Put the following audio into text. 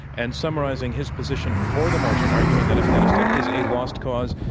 and summarizing his position for the motion, arguing that afghanistan is a lost cause,